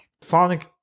Sonic